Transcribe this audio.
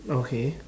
okay